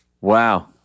wow